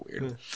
weird